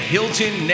Hilton